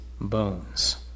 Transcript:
bones